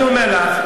אני אומר לך,